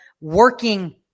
working